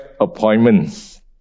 appointments